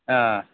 অঁ